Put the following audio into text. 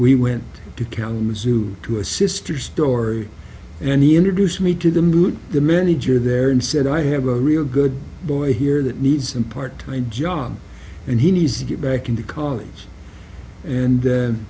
we went to kalamazoo to a sister story and the introduced me to the moon the manager there and said i have a real good boy here that needs some part time job and he needs to get back into college and